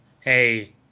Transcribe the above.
Hey